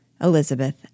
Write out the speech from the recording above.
Elizabeth